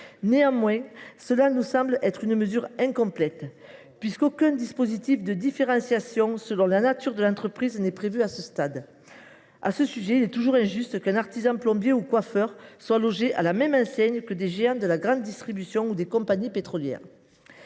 Néanmoins, la mesure nous semble incomplète, puisqu’aucun dispositif de différenciation selon la nature de l’entreprise n’est prévu à ce stade. Il est pourtant injuste qu’un artisan plombier ou coiffeur soit logé à la même enseigne que des géants de la grande distribution ou des compagnies pétrolières.